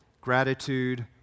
gratitude